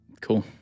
Cool